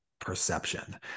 Perception